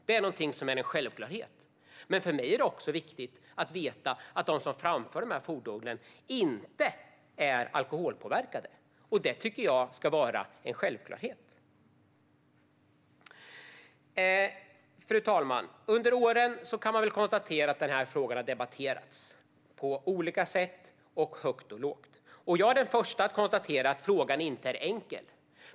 Det är en självklarhet. Men för mig är det också viktigt att veta att de som framför de här fordonen inte är alkoholpåverkade. Det tycker jag ska vara en självklarhet. Fru talman! Den här frågan har debatterats under åren, högt och lågt och på olika sätt. Jag är den förste att konstatera att frågan inte är enkel.